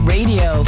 Radio